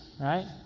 right